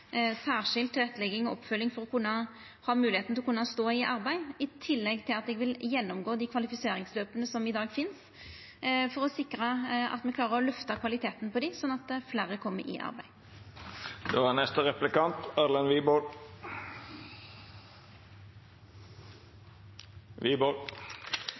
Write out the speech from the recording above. tilrettelegging og oppfølging for å ha moglegheit til å kunna stå i arbeid. I tillegg vil eg gå gjennom dei kvalifiseringsløpa som i dag finst, for å sikra at me klarer å løfta kvaliteten på dei, sånn at fleire kjem i arbeid. For Fremskrittspartiet er